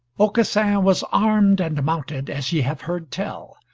aucassin was armed and mounted as ye have heard tell.